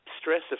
stress